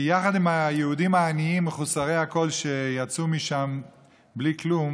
כי יחד עם היהודים העניים מחוסרי הכול שיצאו משם בלי כלום